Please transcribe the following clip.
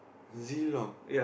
Zilong